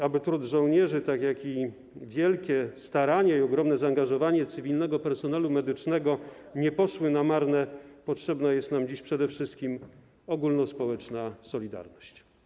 Aby trud żołnierzy, tak jak i wielkie starania i ogromne zaangażowanie cywilnego personelu medycznego nie poszły na marne, potrzebna jest nam dziś przede wszystkim ogólnospołeczna solidarność.